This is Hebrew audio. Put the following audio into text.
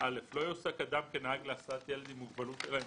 לא יועסק אדם כנהג להסעת ילד עם מוגבלות אלא